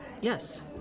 Yes